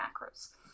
macros